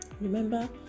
Remember